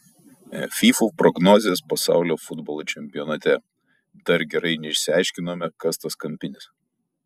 fyfų prognozės pasaulio futbolo čempionate dar gerai neišsiaiškinome kas tas kampinis